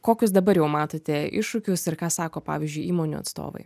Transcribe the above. kokius dabar jau matote iššūkius ir ką sako pavyzdžiui įmonių atstovai